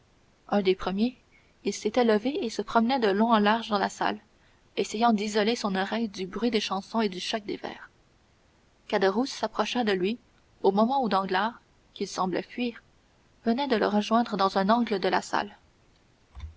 un des premiers il s'était levé et se promenait de long en large dans la salle essayant d'isoler son oreille du bruit des chansons et du choc des verres caderousse s'approcha de lui au moment où danglars qu'il semblait fuir venait de le rejoindre dans un angle de la salle